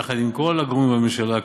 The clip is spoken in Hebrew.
יחד עם כל הגורמים בממשלה,